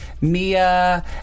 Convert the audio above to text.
Mia